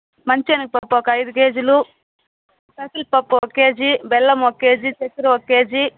మంచి శనగపప్పు ఒక ఐదు కేజీలు పెసరపప్పు ఒకకేజీ బెల్లం ఒక కేజీ చక్కెర ఒక కేజీ